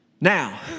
Now